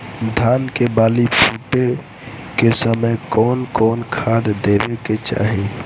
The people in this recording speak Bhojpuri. धान के बाली फुटे के समय कउन कउन खाद देवे के चाही?